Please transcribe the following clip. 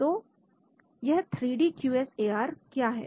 तो यह three D Q S A R क्या है